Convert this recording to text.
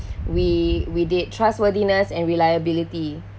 we we did trustworthiness and reliability